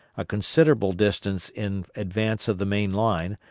a considerable distance in advance of the main line,